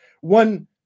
One